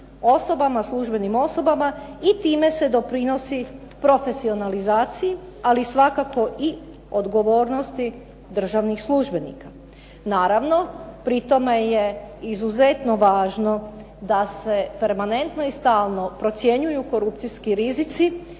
osobama, službenim osobama i time se doprinositi profesionalizaciji, ali svakako i odgovornosti državnih službenika. Naravno, pri tome je izuzetno važe da se permanentno i stalno procjenjuju korupcijski rizici